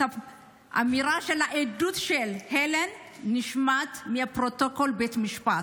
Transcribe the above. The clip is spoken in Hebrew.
האמירה בעדות של הלן נשמטה מפרוטוקול בית המשפט.